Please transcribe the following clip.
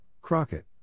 Crockett